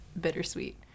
bittersweet